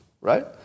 Right